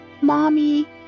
mommy